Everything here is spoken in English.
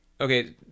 okay